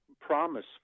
promise